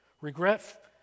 Regret